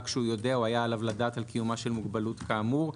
"כשהוא יודע או היה עליו לדעת על קיומה של מוגבלות כאמור",